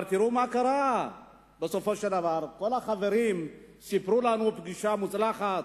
אבל תראו מה קרה בסופו של דבר: כל החברים סיפרו לנו שהפגישה מוצלחת,